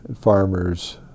farmers